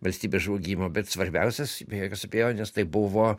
valstybės žlugimo bet svarbiausias be jokios abejonės tai buvo